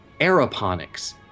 aeroponics